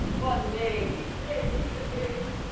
one day, we may meet again.